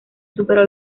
superó